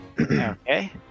Okay